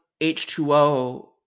H2O